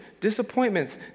disappointments